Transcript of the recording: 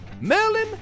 Merlin